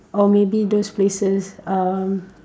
or maybe those places um